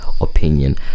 opinion